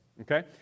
okay